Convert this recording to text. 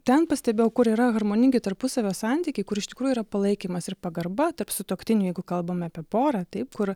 ten pastebėjau kur yra harmoningi tarpusavio santykiai kur iš tikrųjų yra palaikymas ir pagarba tarp sutuoktinių jeigu kalbame apie porą taip kur